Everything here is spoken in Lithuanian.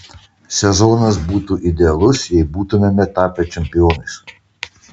sezonas būtų idealus jei būtumėme tapę čempionais